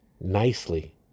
nicely